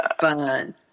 fun